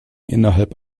innerhalb